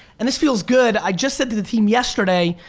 and this feels good. i just said to the team yesterday,